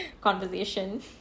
conversation